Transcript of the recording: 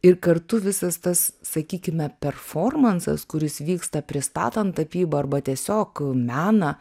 ir kartu visas tas sakykime performansas kuris vyksta pristatant tapybą arba tiesiog meną